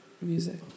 music